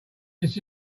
this